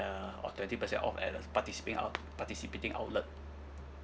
or twenty percent off at our participat~ ou~ participating outlet